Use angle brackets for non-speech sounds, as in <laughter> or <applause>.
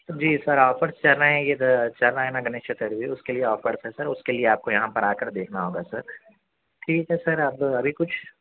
جی sir offer <unintelligible> Ganesh Chaturthi اس کے لیے آفر ہیں سر اس کے لیے آپ کو یہاں پر آکر دیکھنا ہوگا سر ٹھیک ہے سر آپ ابھی کچھ